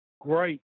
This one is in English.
great